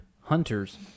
hunters